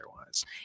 otherwise